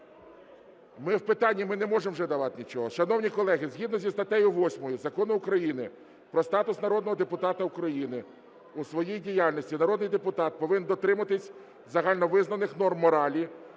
Ми в питанні, ми не можемо вже давати нічого. Шановні колеги, згідно зі статтею 8 Закону України "Про статус народного депутата України" у своїй діяльності народний депутат повинен дотримуватись загальновизнаних норм моралі,